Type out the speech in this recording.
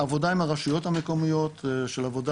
עבודה עם הרשויות המקומיות של עבודה